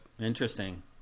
Interesting